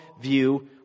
view